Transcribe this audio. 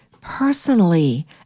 personally